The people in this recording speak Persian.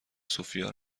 سوفیا